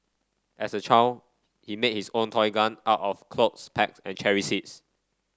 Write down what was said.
as a child he made his own toy gun out of clothes pegs and cherry seeds